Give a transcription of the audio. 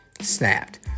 snapped